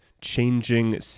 changing